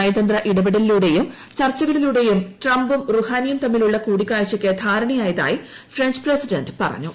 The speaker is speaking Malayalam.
നയതന്ത്ര ഇടപെടലിലൂടെയും ചർച്ചുകളിലൂടെയും ട്രംപും റുഹാനിയും തമ്മിലുള്ള കൂടിക്കാഴ്ചയ്ക്ക് ധാരണയായതായി ഫ്രഞ്ച് പ്രസിഡന്റ് പറഞ്ഞു